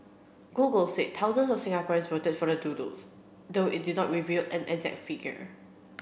google said thousands of Singaporeans voted for the doodles though it did not reveal an exact figure